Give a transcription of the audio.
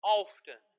often